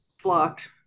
flocked